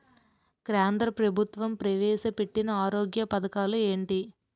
కేంద్ర ప్రభుత్వం ప్రవేశ పెట్టిన ఆరోగ్య పథకాలు ఎంటి?